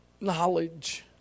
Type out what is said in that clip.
knowledge